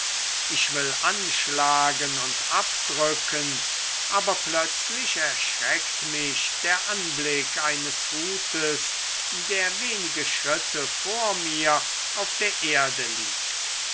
ich will anschlagen und abdrücken aber plötzlich erschreckt mich der anblick eines hutes der wenige schritte vor mir auf der erde liegt